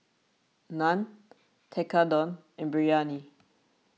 Naan Tekkadon and Biryani